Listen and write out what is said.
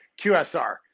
QSR